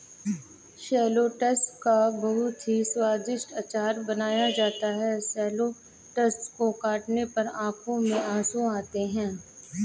shallots का बहुत ही स्वादिष्ट अचार बनाया जाता है शैलोट्स को काटने पर आंखों में आंसू आते हैं